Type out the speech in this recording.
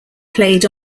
played